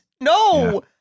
No